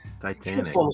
Titanic